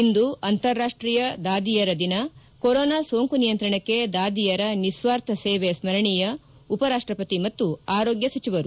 ಇಂದು ಅಂತಾರಾಷ್ಷೀಯ ದಾದಿಯರ ದಿನ ಕೊರೊನಾ ಸೋಂಕು ನಿಯಂತ್ರಣಕ್ಕೆ ದಾದಿಯರ ನಿಸ್ವಾರ್ಥ ಸೇವೆ ಸ್ಕರಣೀಯ ಉಪರಾಪ್ಷಪತಿ ಮತ್ತು ಆರೋಗ್ಯ ಸಚಿವರು